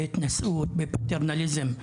בהתנשאות בפטרנליזם,